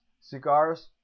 cigars